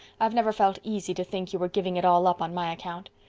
i've never felt easy to think you were giving it all up on my account.